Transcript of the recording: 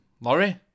Laurie